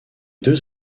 deux